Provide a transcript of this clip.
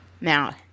Now